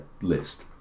list